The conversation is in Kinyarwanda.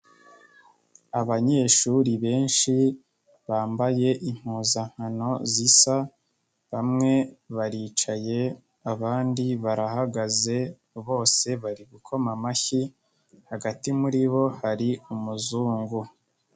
Abanyeshuri benshi bambaye impuzankano zisa, bamwe baricaye, abandi barahagaze, bose bari gukoma amashyi, hagati muri bo hari umuzungu.